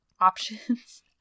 options